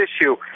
issue